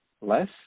less